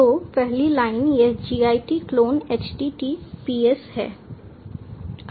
तो पहली लाइन यह git clone https है